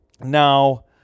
Now